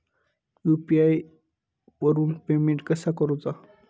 UPI वरून payment कसा करूचा?